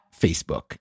Facebook